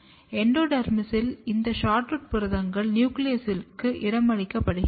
எண்டோடெர்மிஸில் இந்த SHORTROOT புரதங்கள் நியூக்ளியஸில் இடமளிக்கப்படுகின்றன